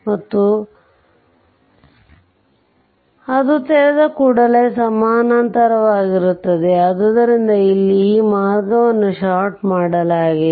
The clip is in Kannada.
ಮತ್ತು ಅದು ತೆರೆದ ಕೂಡಲೇ ಸಮಾನಾಂತರವಾಗಿರುತ್ತದೆ ಆದ್ದರಿಂದ ಇಲ್ಲಿ ಈ ಮಾರ್ಗವನ್ನು ಷಾರ್ಟ್ ಮಾಡಲಾಗಿದೆ